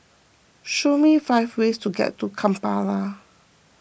show me five ways to get to Kampala